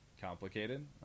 complicated